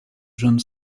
jeune